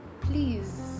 Please